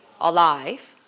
alive